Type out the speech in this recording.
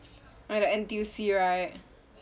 like the N_T_U_C right